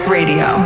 Radio